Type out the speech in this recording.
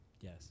Yes